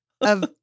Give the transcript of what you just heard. of-